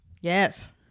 Yes